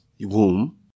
womb